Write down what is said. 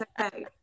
okay